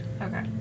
Okay